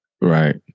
Right